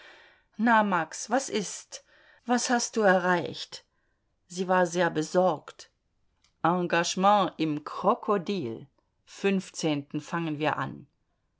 na max was ist was hast du erreicht sie war sehr besorgt engagement im krokodil fünfzehnten fangen wir an